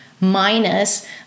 minus